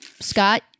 Scott